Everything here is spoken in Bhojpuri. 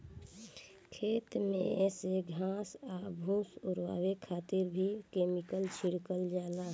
खेत में से घास आ फूस ओरवावे खातिर भी केमिकल छिड़कल जाला